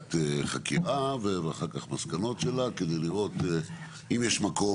ועדת חקירה ואחר כך מסקנות שלה כדי לראות אם יש מקום